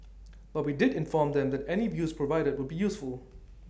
but we did inform them that any views provided would be useful